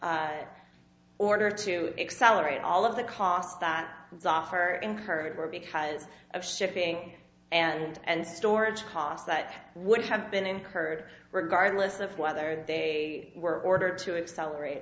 order to accelerate all of the costs that the offer incurred were because of shipping and storage costs that would have been incurred regardless of whether they were ordered to accelerate